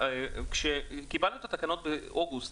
כשקיבלנו את התקנות באוגוסט,